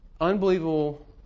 unbelievable